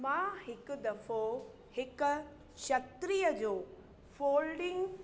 मां हिकु दफ़ो हिकु क्षत्रिय जो फ़ोल्डिंग